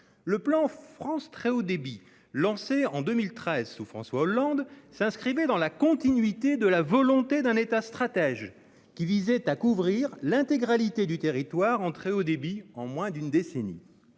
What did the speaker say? du plan France Très Haut Débit en 2013, sous François Hollande, s'inscrivait dans la continuité de la volonté d'un État stratège, qui visait à couvrir l'intégralité du territoire en très haut débit en moins d'une décennie.